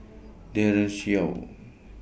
Daren Shiau